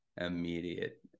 immediate